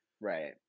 right